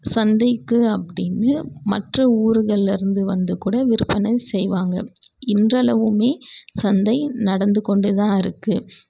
சந்தைக்கு அப்படின்னு மற்ற ஊருகளில் இருந்து வந்துக்கூட விற்பனை செய்வாங்க இன்றளவுமே சந்தை நடந்துக்கொண்டே தான் இருக்குது